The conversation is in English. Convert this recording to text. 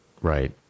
Right